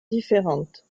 différentes